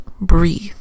breathe